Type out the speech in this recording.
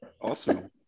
Awesome